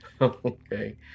Okay